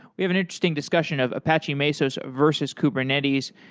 we have an interesting discussion of apache mesos versus kubernetes,